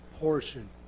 portion